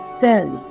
fairly